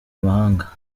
mahanga